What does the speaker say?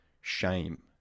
shame